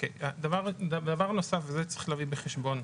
דבר נוסף, וזה צריך להביא בחשבון,